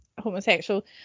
homosexual